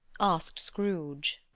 asked scrooge.